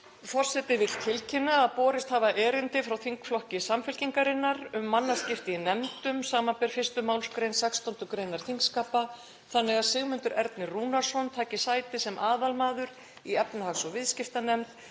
Forseti vill tilkynna að borist hefur erindi frá þingflokki Samfylkingar um mannaskipti í nefndum, sbr. 1. mgr. 16. gr. þingskapa, þannig að Sigmundur Ernir Rúnarsson taki sæti sem aðalmaður í efnahags- og viðskiptanefnd